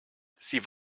sie